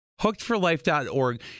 HookedForLife.org